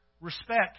respect